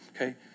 Okay